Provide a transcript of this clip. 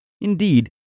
Indeed